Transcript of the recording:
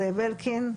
זאב אלקין,